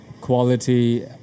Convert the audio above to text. quality